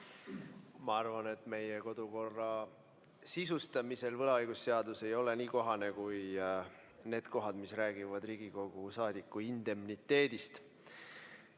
Ma arvan, et meie kodukorra sisustamisel võlaõigusseadus ei ole nii kohane, kui need kohad, mis räägivad Riigikogu saadiku indemniteedist. Tarmo